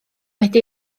wedi